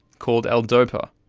called l-dopa.